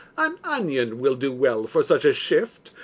an onion will do well for such a shift,